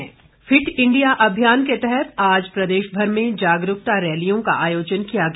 fit India fit India अभियान के तहत आज प्रदेश भर में जागरूकता रैलियों का आयोजन किया गया